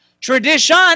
Tradition